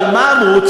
אבל מה אמרו?